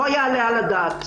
לא יעלה על הדעת.